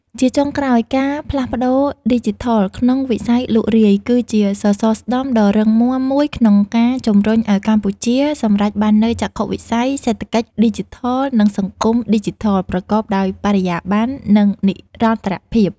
ជាចុងក្រោយ ការផ្លាស់ប្តូរឌីជីថលក្នុងវិស័យលក់រាយ គឺជាសសរស្តម្ភដ៏រឹងមាំមួយក្នុងការជំរុញឱ្យកម្ពុជាសម្រេចបាននូវចក្ខុវិស័យ "សេដ្ឋកិច្ចឌីជីថល និងសង្គមឌីជីថល" ប្រកបដោយបរិយាបន្ន និងនិរន្តរភាព។